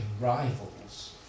rivals